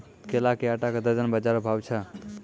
केला के आटा का दर्जन बाजार भाव छ?